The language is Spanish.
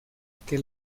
que